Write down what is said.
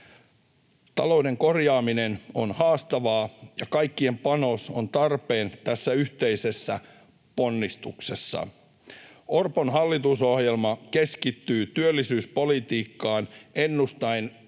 Talouden korjaaminen on haastavaa, ja kaikkien panos on tarpeen tässä yhteisessä ponnistuksessa. Orpon hallitusohjelma keskittyy työllisyyspolitiikkaan ennustaen